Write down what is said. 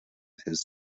his